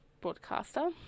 broadcaster